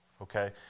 okay